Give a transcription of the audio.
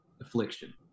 affliction